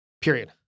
Period